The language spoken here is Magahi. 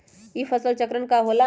ई फसल चक्रण का होला?